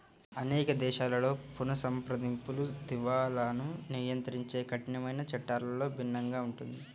అనేక దేశాలలో పునఃసంప్రదింపులు, దివాలాను నియంత్రించే కఠినమైన చట్టాలలో భిన్నంగా ఉంటుంది